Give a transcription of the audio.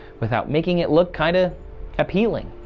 without making it look kind of appealing.